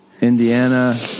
Indiana